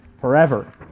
forever